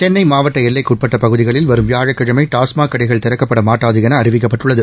சென்னை மாவட்ட எல்லைக்குட்பட்ட பகுதிகளில் வரும் வியாழக்கிழமை டாஸ்மாக் கடைகள் திறக்கப்பட மாட்டாது என அறிவிக்கப்பட்டுள்ளது